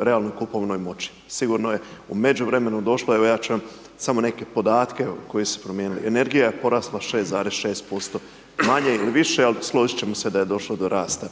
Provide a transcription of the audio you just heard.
realnoj kupovnoj moći. Sigurno je u međuvremenu došla, evo ja ću vam samo neke podatke koji su se promijenili, energija je porasla 6,6%, manje ili više ali složiti ćemo se da je došlo do rasta.